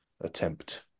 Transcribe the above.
attempt